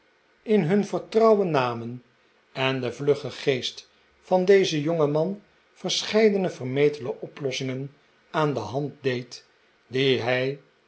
in hun vertrouwen namen en de vlugge geest van dezen jongeman verscheidene vermetele oplossingen aan de hand deed die hij